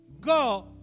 go